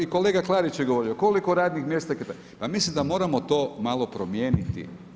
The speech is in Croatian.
I kolega Klarić je govorio, koliko radnih mjesta … mislim da moramo to malo promijeniti.